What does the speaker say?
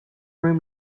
room